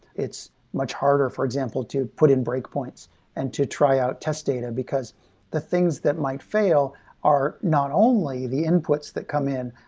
it's much harder, for example, to put in breakpoints and to try out test data, because the things that might fail are not only the inputs that come in,